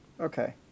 Okay